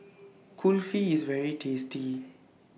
Kulfi IS very tasty